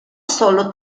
solo